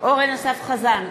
אורן אסף חזן,